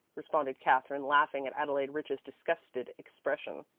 responded katherine, laughing at adelaide rich's disgusted expression.